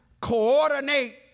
coordinate